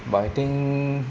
but I think